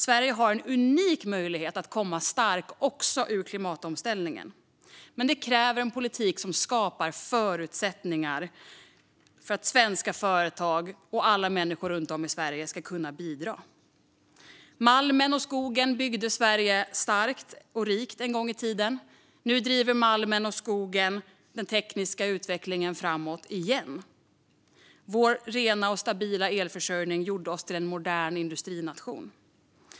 Sverige har en unik möjlighet att komma starkt ur även klimatomställningen. Men för det krävs en politik som skapar förutsättningar för att svenska företag och alla människor runt om i Sverige ska kunna bidra. Malmen och skogen byggde Sverige starkt och rikt en gång i tiden. Nu driver malmen och skogen den tekniska utvecklingen framåt igen. Vår rena och stabila elförsörjning gjorde oss till en modern industrination.